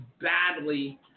badly